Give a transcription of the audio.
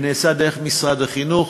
שנעשה דרך משרד החינוך,